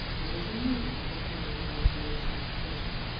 there was a movement of the curly head on the yellow satin cushion.